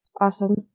Awesome